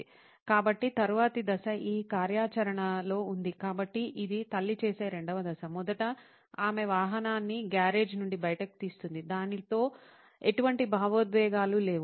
1 కాబట్టి తరువాతి దశ ఈ కార్యాచరణలో ఉంది కాబట్టి ఇది తల్లి చేసే రెండవ దశ మొదట ఆమె వాహనాన్ని గ్యారేజ్ నుండి బయటకు తీస్తుంది దానితో ఎటువంటి భావోద్వేగాలు లేవు